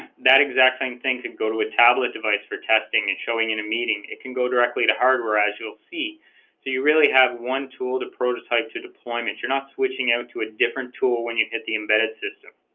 that exact same thing could go to a tablet device for testing and showing in a meeting it can go directly to hardware as you'll see so you really have one tool to prototype to deployment you're not switching out to a different tool when you hit the embedded system